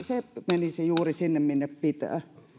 menisi juuri sinne minne pitää